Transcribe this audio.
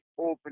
open